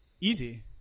Easy